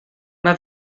mae